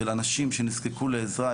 של אנשים שנזקקו לעזרה,